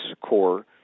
core